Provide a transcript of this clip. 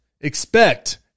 expect